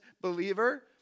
believer